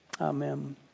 Amen